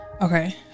Okay